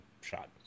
shot